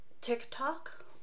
TikTok